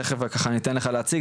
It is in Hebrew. תיכף ככה אני אתן לך להציג,